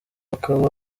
akaba